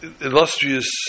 illustrious